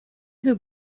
who